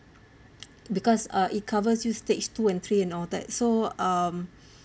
because uh it covers you stage two and three and all that so um